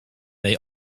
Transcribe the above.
they